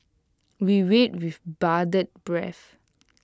we wait with bated breath